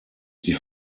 die